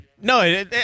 No